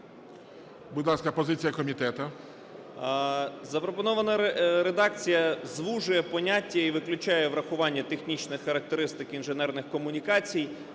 Будь ласка, позиція комітету. 11:49:23 СКІЧКО О.О. Запропонована редакція звужує поняття і виключає врахування технічних характеристик інженерних комунікацій,